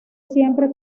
siempre